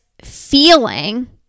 feeling